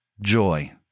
joy